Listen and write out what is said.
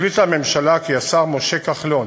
החליטה הממשלה כי השר משה כחלון